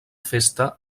festa